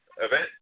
event